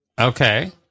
Okay